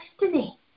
destiny